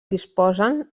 disposen